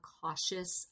cautious